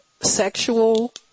sexual